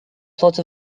plot